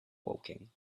woking